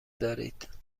دارید